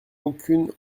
aucune